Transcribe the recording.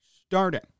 starting